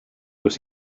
was